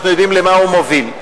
אנחנו יודעים למה הוא מוביל.